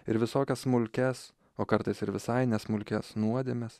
ir visokias smulkias o kartais ir visai ne smulkias nuodėmes